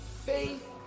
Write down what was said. faith